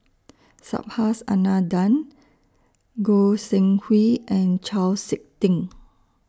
Subhas Anandan Goi Seng Hui and Chau Sik Ting